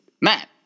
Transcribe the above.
Matt